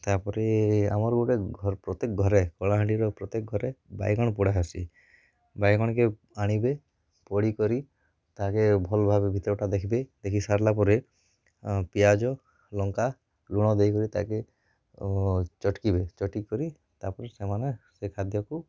ତା'ପରେ ଆମର୍ ଗୁଟେ ଘରେ ପ୍ରତ୍ୟେକ୍ ଘରେ କଳାହାଣ୍ତିର ପ୍ରତ୍ୟେକ୍ ଘରେ ବାଇଗଣ୍ ପୋଡ଼ା ହେସି ବାଇଗଣ୍କେ ଆଣିବେ ପୋଡ଼ି କରି ତାକେ ଭଲ୍ ଭାବେ ଭିତ୍ରଟା ଦେଖିବେ ଦେଖି ସାର୍ଲା ପରେ ପିଆଜ ଲଙ୍କା ଲୁଣ ଦେଇ କରି ତାକେ ଚଟ୍କିବେ ଚଟ୍କି କରି ତାପରେ ସେମାନେ ସେ ଖାଦ୍ୟକୁ